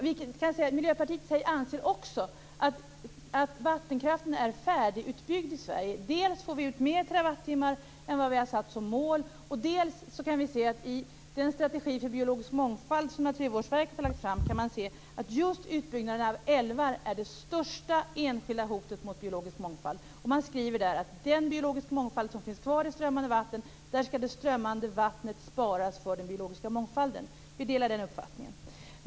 Vi i Miljöpartiet anser också att vattenkraften i Sverige är färdigutbyggd. Dels får vi ut fler terawattimmar än vi har satt som mål. Dels kan vi se att i den strategi för biologisk mångfald som Naturvårdsverket har lagt fram är just utbyggnaden av älvar det största enskilda hotet mot den biologiska mångfalden. Man säger beträffande den biologiska mångfald som finns kvar i strömmande vatten att det strömmande vattnet skall sparas för den biologiska mångfalden. Vi delar den uppfattningen.